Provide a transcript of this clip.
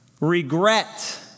regret